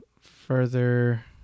further